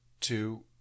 two